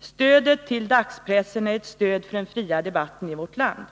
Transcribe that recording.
”Stödet till pressen är ett stöd till den fria debatten i vårt land.